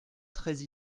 très